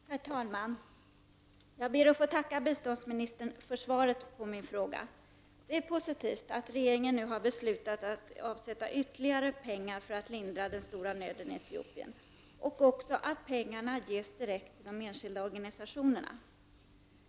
Herr talman! Jag ber att få tacka biståndsministern för svaret på min fråga. Det är positivt att regeringen nu har beslutat att avsätta ytterligare pengar för att lindra den stora nöden i Etiopien och också att pengarna ges direkt till de enskilda organisationerna.